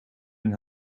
een